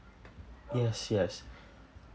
yes yes